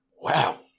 Wow